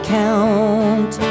count